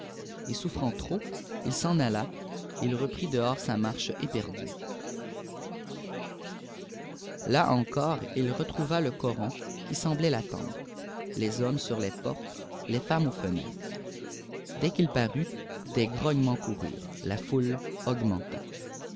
et souffrant trop il s'en alla il reprit dehors sa marche éperdue là encore il retrouva le coron qui semblait l'attendre les hommes sur les portes les femmes aux fenêtres dès qu'il parut des grognements coururent la foule augmenta